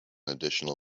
additional